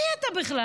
מי אתה בכלל?